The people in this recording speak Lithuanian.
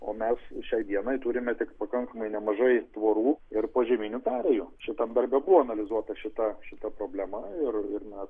o mes šiai dienai turime tik pakankamai nemažai tvorų ir požeminių perėjų šitam darbe buvo analizuota šita šita problema ir ir mes